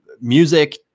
music